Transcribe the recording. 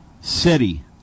city